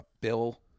Bill